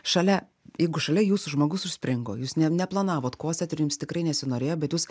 šalia jeigu šalia jūsų žmogus užspringo jūs neplanavot kosėt ir jums tikrai nesinorėjo bet jūs